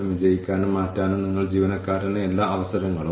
ഏത് സമയത്തും ആപ്ലിക്കേഷൻ എവിടെയാണെന്ന് ജീവനക്കാരന് കാണാനാകും